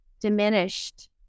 diminished